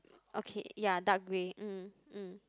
okay ya dark grey mm mm